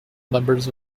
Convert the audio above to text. members